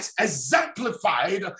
exemplified